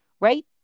right